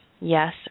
Yes